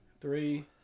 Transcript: Three